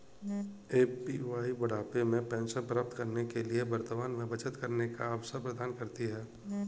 APY बुढ़ापे में pension प्राप्त करने के लिए वर्तमान में बचत करने का अवसर प्रदान करती है